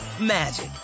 magic